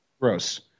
Gross